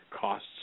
costs